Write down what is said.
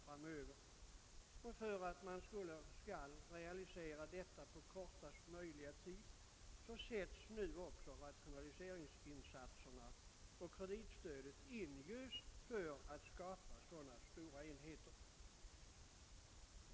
För att på kortast möjliga tid realisera denna görs rationaliseringsinsatserna och sätts kreditstödet in just på skapandet av dylika större enheter.